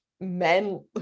men